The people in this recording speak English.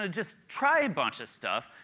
ah just try a bunch of stuff.